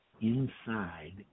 inside